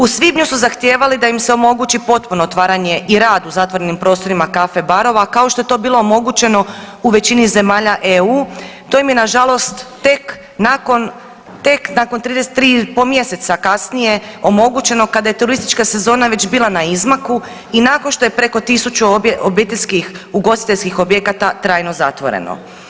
U svibnju su zahtijevali da im se omogući potpuno otvaranje i rad u zatvorenim prostorima caffe barova, kao što je to bilo omogućeno u većini zemalja EU, to im je nažalost tek nakon, tek nakon 3 i po mjeseca kasnije omogućeno kada je turistička sezona već bila na izmaku i nakon što je preko 1000 obiteljskih ugostiteljskih objekata trajno zatvoreno.